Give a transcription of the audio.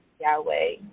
Yahweh